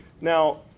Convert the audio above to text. Now